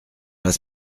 pas